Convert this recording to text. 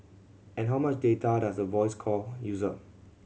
and how much data does a voice call use up